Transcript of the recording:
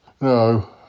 No